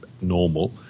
normal